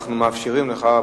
אנחנו מאפשרים לך,